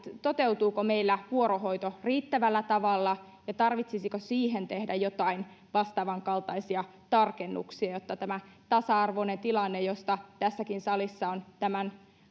toteutuuko meillä vuorohoito riittävällä tavalla ja tarvitsisiko siihen tehdä jotain vastaavan kaltaisia tarkennuksia jotta tämä tasa arvoinen tilanne josta tässäkin salissa on tämän